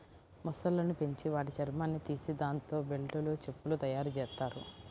మొసళ్ళను పెంచి వాటి చర్మాన్ని తీసి దాంతో బెల్టులు, చెప్పులు తయ్యారుజెత్తారు